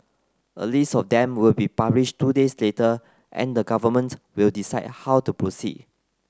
a list of them will be published two days later and the government will decide how to proceed